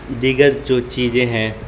دیگر جو چیزیں ہیں